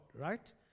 right